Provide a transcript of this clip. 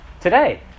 today